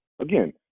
again